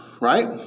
Right